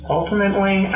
Ultimately